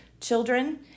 children